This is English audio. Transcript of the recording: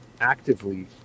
actively